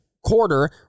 Quarter